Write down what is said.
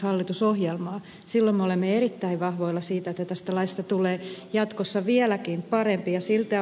silloin me olemme erittäin vahvoilla siinä että tästä laista tulee jatkossa vieläkin parempi